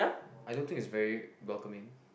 I don't think it's very welcoming